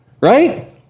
Right